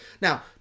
Now